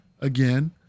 Again